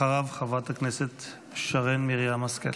אחריו, חברת הכנסת שרן מרים השכל.